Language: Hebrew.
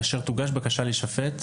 כאשר תוגש בקשה להישפט,